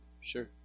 Sure